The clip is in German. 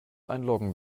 einloggen